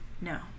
No